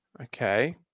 Okay